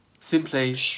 Simply